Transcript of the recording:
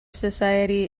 society